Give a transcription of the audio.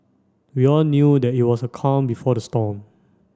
we all knew that it was the calm before the storm